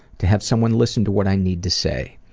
to have someone listen to what i need to say.